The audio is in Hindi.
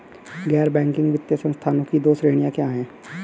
गैर बैंकिंग वित्तीय संस्थानों की दो श्रेणियाँ क्या हैं?